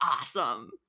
awesome